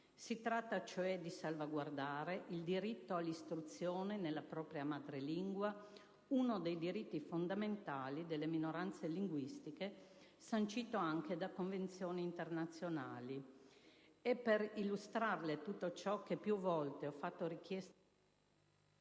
si tratta cioè di salvaguardare il diritto all'istruzione nella propria madrelingua, uno dei diritti fondamentali delle minoranze linguistiche, sancito anche da convenzioni internazionali. È per illustrarle tutto ciò che più volte ho fatto richiesta